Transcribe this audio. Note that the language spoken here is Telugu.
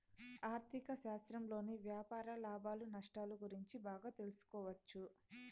ఆర్ధిక శాస్త్రంలోని వ్యాపార లాభాలు నష్టాలు గురించి బాగా తెలుసుకోవచ్చు